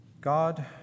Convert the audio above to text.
God